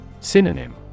Synonym